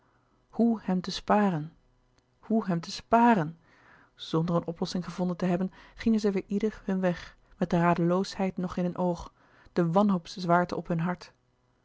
hoe hem te sparen hoe hem te sparen zonder een oplossing gevonden te hebben gingen zij weêr ieder hun weg met de radeloosheid nog in hun oog de wanhoopszwaarte op hun hart